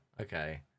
Okay